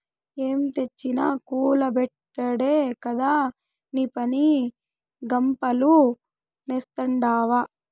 ఏం తెచ్చినా కుల్ల బెట్టుడే కదా నీపని, గప్పాలు నేస్తాడావ్